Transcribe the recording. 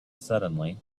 suddenly